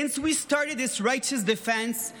Since we started this righteous defense,